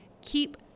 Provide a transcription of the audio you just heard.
keep